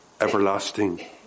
everlasting